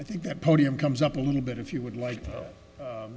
i think that podium comes up a little bit if you would like